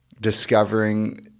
discovering